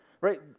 right